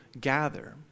gather